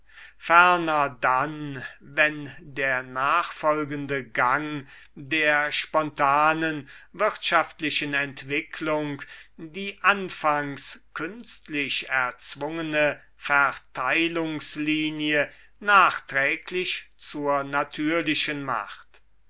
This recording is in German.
dann wenn der nachfolgende gang der spontanen wirtschaftlichen entwicklung die anfangs künstlich erzwungene verteilungslinie nachträglich zur natürlichen macht